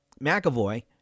McAvoy